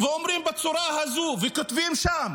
ואומרים בצורה הזו: כותבים שם